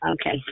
Okay